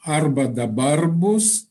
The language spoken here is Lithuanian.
arba dabar bus